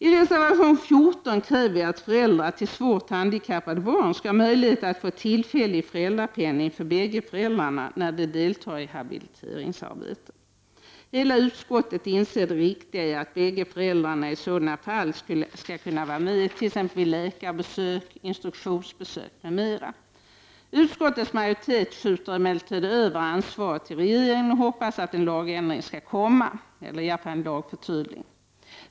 I reservation 16 kräver vi att föräldrar till svårt handikappade barn skall ha möjlighet att få tillfällig föräldrapenning för bägge föräldrarna när de deltar i habiliteringsarbetet. Hela utskottet inser det riktiga i att bägge föräldrarna i sådana fall skall kunna vara med vid läkaroch instruktionsbesök m.m. Utskottets majoritet skjuter emellertid över ansvaret till regeringen och hoppas att en lagändring skall komma.